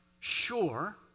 Sure